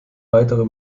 weitere